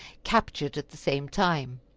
captured at the same time.